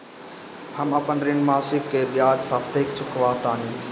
हम अपन ऋण मासिक के बजाय साप्ताहिक चुकावतानी